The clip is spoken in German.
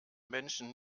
menschen